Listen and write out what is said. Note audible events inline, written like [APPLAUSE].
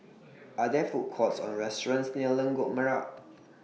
[NOISE] Are There Food Courts Or restaurants near Lengkok Merak [NOISE]